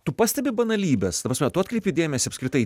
tu pastebi banalybes ta prasme tu atkreipi dėmesį apskritai